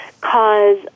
cause